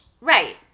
right